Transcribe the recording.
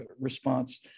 response